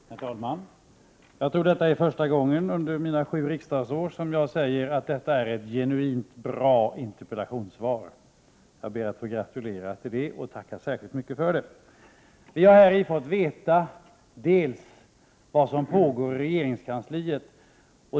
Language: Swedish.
Herr talman! Jag tror det är första gången under mina sju riksdagsår som jag säger att det är ett genuint bra interpellationssvar. Jag ber att få gratulera till det och tackar särskilt mycket för svaret. Vi har fått veta vad som pågår i regeringskansliet.